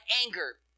anger